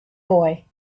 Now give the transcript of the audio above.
boy